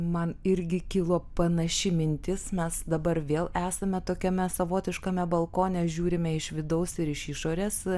man irgi kilo panaši mintis mes dabar vėl esame tokiame savotiškame balkone žiūrime iš vidaus ir iš išorės